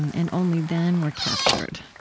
and only then were captured,